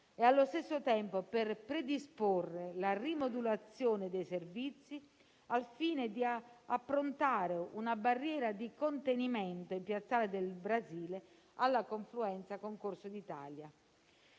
e, allo stesso tempo, per predisporre la rimodulazione dei servizi al fine di approntare una barriera di contenimento in Piazzale del Brasile, alla confluenza con Corso d'Italia.